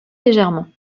légèrement